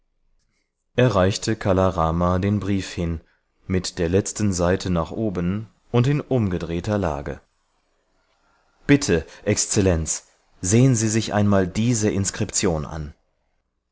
reichte kala rama den brief hin mit der letzten seite nach oben und in umgedrehter lage bitte exzellenz sehen sie sich einmal diese inskription an